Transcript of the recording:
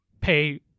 pay